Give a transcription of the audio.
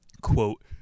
quote